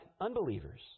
unbelievers